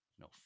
No